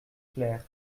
clair